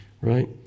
right